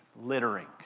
littering